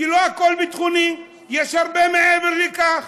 כי לא הכול ביטחוני, יש הרבה מעבר לכך.